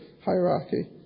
hierarchy